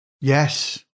Yes